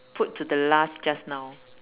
put to the last just now